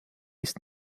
ist